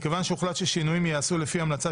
מכיוון שהוחלט ששינויים ייעשו לפי המלצה